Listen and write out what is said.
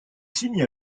signe